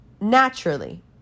naturally